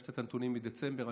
ביקשת את הנתונים מדצמבר.